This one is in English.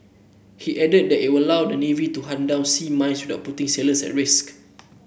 he added that it will allow the navy to hunt down sea mines without putting sailors at risk